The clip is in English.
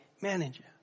manager